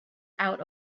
out